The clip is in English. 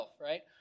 right